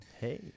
Hey